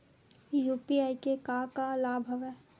UPI के का का लाभ हवय?